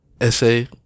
Essay